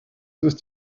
ist